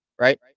right